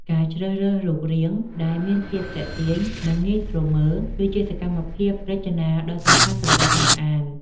ការជ្រើសរើសរូបរាង ដែលមានភាពទាក់ទាញ និងងាយស្រួលមើល គឺជាសកម្មភាពរចនាដ៏សំខាន់សម្រាប់អ្នកអាន។